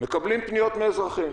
מקבלים פניות מאזרחים,